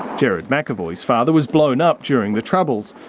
gerard mcevoy's father was blown up during the troubles,